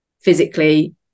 physically